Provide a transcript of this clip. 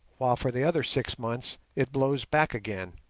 while for the other six months it blows back again.